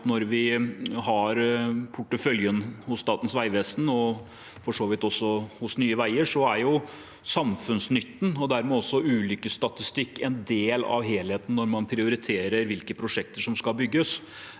er at for porteføljen hos Statens vegvesen – for så vidt også hos Nye veier – er samfunnsnytte og dermed også ulykkesstatistikk en del av helheten når man prioriterer hvilke prosjekter som skal bygges.